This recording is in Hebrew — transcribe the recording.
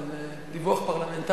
אבל זה דיווח פרלמנטרי,